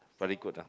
very good ah